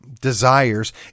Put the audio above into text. desires